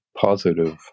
positive